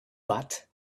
but